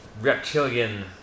reptilian